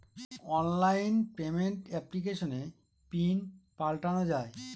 online payment এপ্লিকেশনে PIN পাল্টানো যায়